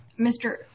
Mr